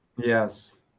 Yes